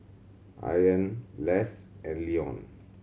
Ayaan Less and Leone